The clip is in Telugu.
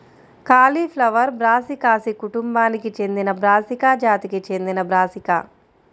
కాలీఫ్లవర్ బ్రాసికాసి కుటుంబానికి చెందినబ్రాసికా జాతికి చెందినబ్రాసికా